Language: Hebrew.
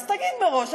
אז תגיד מראש,